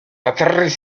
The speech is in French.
attrait